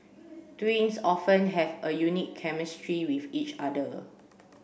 twins often have a unique chemistry with each other